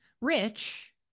rich